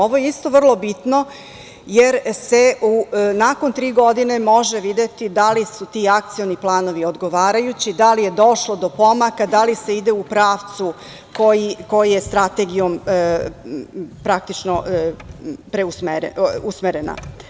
Ovo je isto vrlo bitno, jer se nakon tri godine može videti dali su ti akcioni planovi odgovarajući, da li je došlo do pomaka, da li se ide u pravcu koji je Strategijom usmeren.